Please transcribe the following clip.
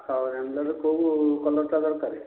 ହଉ ରାଙ୍ଗ୍ଲର୍ର କେଉଁ କଲର୍ଟା ଦରକାର